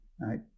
right